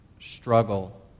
struggle